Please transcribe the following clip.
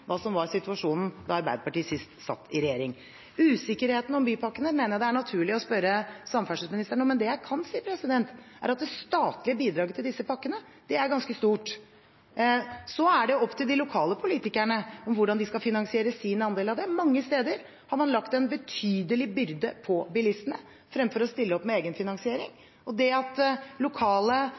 hva som var situasjonen da Arbeiderpartiet sist satt i regjering. Usikkerheten om bypakkene mener jeg det er naturlig å spørre samferdselsministeren om, men det jeg kan si, er at det statlige bidraget til disse pakkene er ganske stort. Så er det opp til de lokale politikerne hvordan de skal finansiere sin andel av det. Mange steder har man lagt en betydelig byrde på bilistene fremfor å stille opp med egen finansiering. Og det at lokale